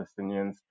palestinians